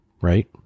right